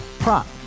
Prop